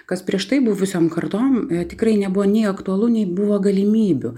kas prieš tai buvusiom kartom tikrai nebuvo nei aktualu nei buvo galimybių